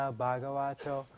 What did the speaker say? Bhagavato